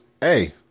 Hey